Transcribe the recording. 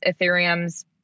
Ethereum's